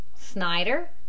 Snyder